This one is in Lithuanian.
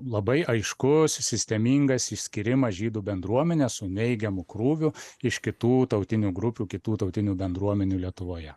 labai aiškus sistemingas išskyrimas žydų bendruomenės su neigiamu krūviu iš kitų tautinių grupių kitų tautinių bendruomenių lietuvoje